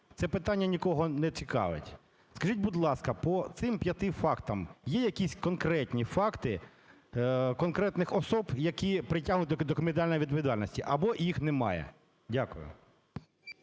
це питання нікого не цікавить? Скажіть, будь ласа, по цим 5 фактам є якісь конкретні факти конкретних осіб, які притягнуті до кримінальної відповідальності, або їх немає? Дякую.